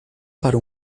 para